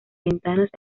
ventanas